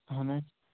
اَہَن حظ